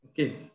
Okay